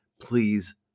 Please